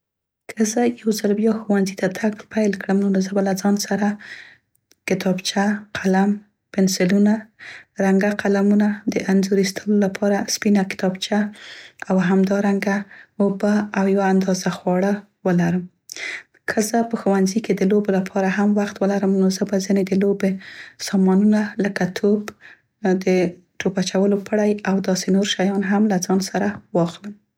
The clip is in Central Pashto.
که زه یو ځل بیا ښوونځي ته تګ پیل کړم نو زه به له ځان سره کتابچه، قلم، پنسلونه، رنګه قلمونه، د انځور ایستلو لپاره سپینه کتابچه او همدارنګه اوبه او یوه اندازه خواړه ولرم. که زه په ښوونځي کې د لوبو لپاره هم وخت ولرم، نو زه به ځینې د لوبې سامانونه لکه توپ، د ټوپ اچولو پړی او داسې نور شیان له ځان سره واخلم.